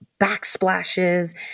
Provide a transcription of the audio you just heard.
backsplashes